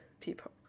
people